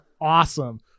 awesome